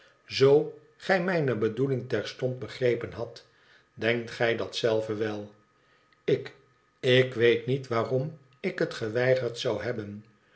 zoo gij mijne bedoeling terstond begrepen hadt denkt gij dat zelve wel lik ik weet niet waarom ik het geweigerd zou hebben